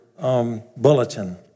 Bulletin